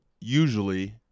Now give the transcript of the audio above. usually